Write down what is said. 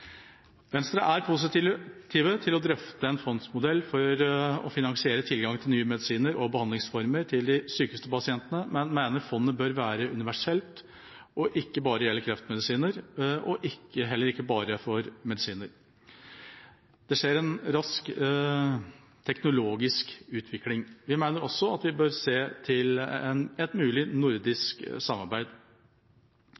Venstre er positive til å drøfte en fondsmodell for å finansiere tilgang til nye medisiner og behandlingsformer til de sykeste pasientene, men mener fondet bør være universelt og ikke bare gjelde kreftmedisiner – og heller ikke bare medisiner. Det skjer en rask teknologisk utvikling. Vi mener også at vi bør se til et mulig